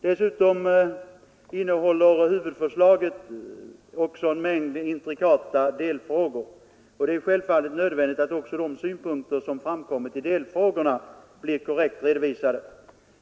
Dessutom innehåller huvudförslaget en mängd intrikata delfrågor, och det är självfallet nödvändigt att också de synpunkter som framkommit i delfrågorna blir korrekt redovisade.